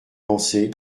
pensé